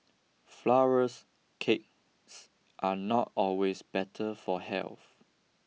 flowers cakes are not always better for health